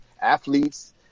athletes